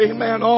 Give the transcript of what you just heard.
Amen